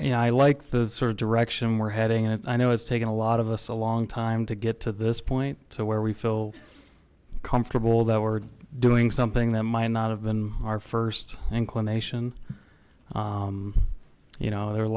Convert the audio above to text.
you know i like the sort of direction we're heading in and i know it's taken a lot of us a long time to get to this point where we feel comfortable that we're doing something that might not have been our first inclination you know there are a